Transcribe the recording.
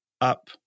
up